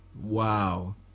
Wow